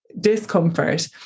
discomfort